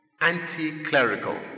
anti-clerical